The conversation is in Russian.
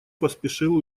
поспешил